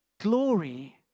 glory